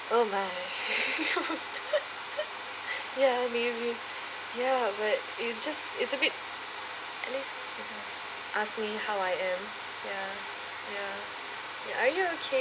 oh my ya me ya but it's just it's a bit at least ask me how I am ya ya are you okay